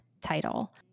title